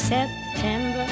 September